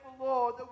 Lord